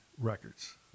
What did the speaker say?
records